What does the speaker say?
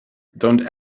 don’t